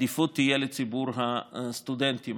תהיה לציבור הסטודנטים,